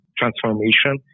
transformation